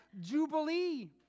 jubilee